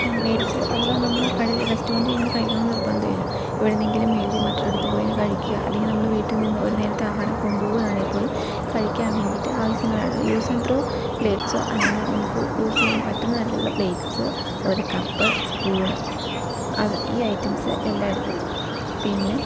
വേടിച്ച് അഥവാ നമ്മൾ കടൽ റെസ്റ്റോറൻറീൽ ഇരുന്ന് കഴിക്കണമെന്ന് നിർബന്ധമില്ല എവിടെുന്നെങ്കിലും വേടിച്ച് മറ്റെടുത്ത് പോയിരുന്ന് കഴിക്കുക അല്ലെങ്കിൽ നമ്മൾ വീട്ടിൽനിന്ന് ഒരു നേരത്തെ ആഹാരം കൊണ്ടുപോകുവാണെങ്കിൽ പോലും കഴിക്കാൻ വേണ്ടിയിട്ട് ആവശ്യത്തിനുള്ള യൂസ് ആൻ ത്രോ പ്ലേറ്റ്സോ അല്ലെങ്കിൽ നമുക്ക് യൂസ് ചെയ്യാൻ പറ്റുന്ന തരത്തിലുള്ള പ്ലേറ്റ്സ് അതുപോലെ കപ്പ് സ്പൂണ് അത് ഈ ഐറ്റംസ് എല്ലാം എടുക്കും പിന്നെ